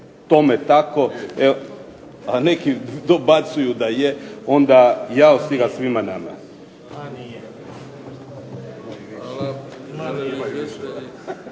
tome tako, a neki dobacuju da je, onda jao si ga svima nama.